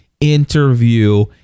interview